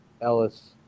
Ellis